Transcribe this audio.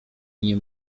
nie